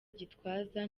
gitwaza